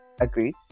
agreed